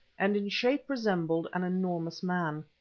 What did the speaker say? and in shape resembled an enormous man.